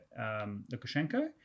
Lukashenko